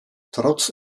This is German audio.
trotz